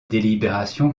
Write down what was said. délibérations